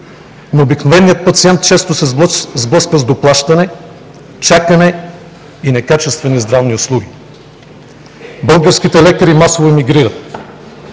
обикновеният пациент често се сблъсква с доплащане, чакане и некачествени здравни услуги. Българските лекари масово емигрират.